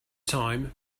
time